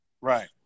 Right